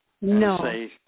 no